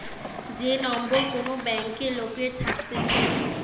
যে নম্বর কোন ব্যাংকে লোকের থাকতেছে